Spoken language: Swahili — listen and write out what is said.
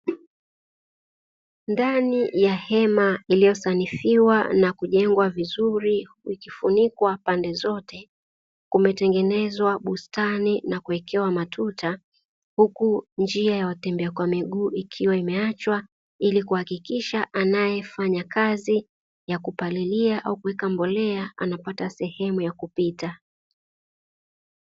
Ndani ya hema iliyosanifiwa na kujengwa vizuri ikifunikwa pande zote kumetengenezwa bustani na kuwekewa matunda, huku njia ya watembea kwa miguu ikiwa imeachwa ili kuhakikisha anayefanya kazi ya kupalilia au kuweka mbolea anapata sehemu ya kupita.